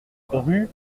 rue